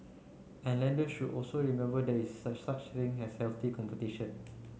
and lender should also remember there is such a thing as healthy competition